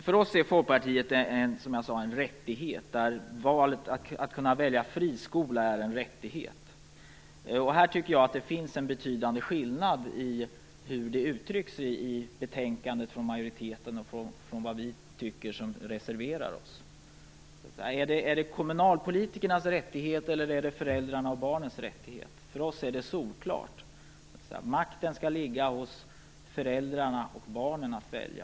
För oss i Folkpartiet är möjligheten att välja friskola en rättighet. Här finns det en betydande skillnad i hur man uttrycker sig i betänkandet från majoriteten och vad vi som reserverar oss tycker. Är det kommunalpolitikernas rättigheter eller föräldrarnas och barnens rättigheter? För oss är det solklart. Makten skall ligga hos föräldrarna och barnen att välja.